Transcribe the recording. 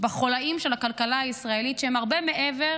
בחוליים של הכלכלה הישראלית, שהם הרבה מעבר